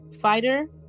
fighter